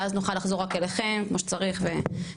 ואז נוכל לחזור רק אליכם כמו שצריך לשמוע.